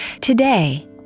Today